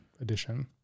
edition